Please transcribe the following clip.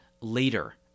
later